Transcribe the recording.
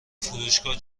فروشگاه